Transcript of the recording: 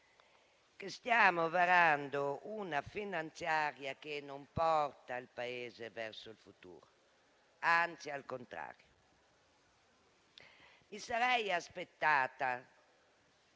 che stiamo varando una legge di bilancio che non porta il Paese verso il futuro. Anzi, è il contrario. Mi sarei aspettata,